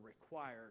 required